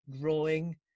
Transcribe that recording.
growing